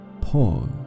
Pause